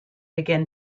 begin